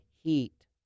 heat